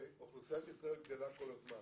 הרי אוכלוסיית ישראל גדלה כל הזמן